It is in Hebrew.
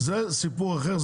זה סיפור אחר.